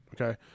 Okay